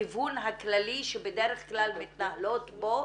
בכיוון הכללי שבדרך כלל מתנהלות בו